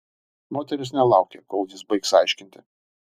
moteris nelaukė kol jis baigs aiškinti